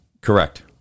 Correct